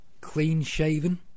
clean-shaven